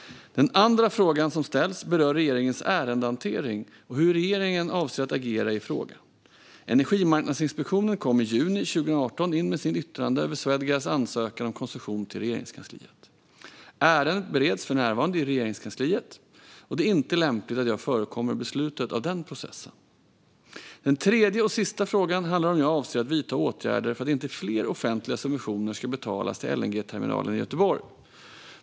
Den andra frågan som ställs berör regeringens ärendehantering och hur regeringen avser att agera i frågan. Energimarknadsinspektionen kom i juni 2018 in med sitt yttrande över Swedegas ansökan om koncession till Regeringskansliet. Ärendet bereds för närvarande i Regeringskansliet, och det är inte lämpligt att jag förekommer beslutet av den processen. Den tredje och sista frågan handlar om jag avser att vidta åtgärder för att inte fler offentliga subventioner ska betalas till LNG-terminalen i Göteborg.